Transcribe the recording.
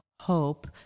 hope